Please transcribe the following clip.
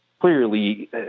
Clearly